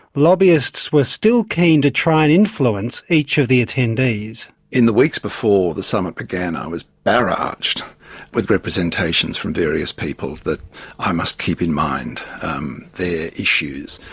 lobbyists were still keen to try and influence each of the attendees. in the weeks before the summit began i was barraged with representations from various people that i must keep in mind um their issues.